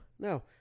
No